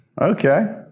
Okay